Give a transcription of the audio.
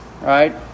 Right